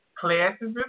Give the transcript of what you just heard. classes